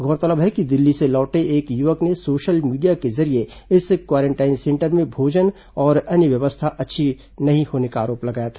गौरतलब है कि दिल्ली से लौटे एक युवक ने सोशल मीडिया के जरिये इस क्वारेंटाइन सेंटर में भोजन और अन्य व्यवस्था अच्छी न होने का आरोप लगाया था